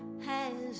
has